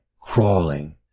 crawling